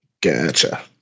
Gotcha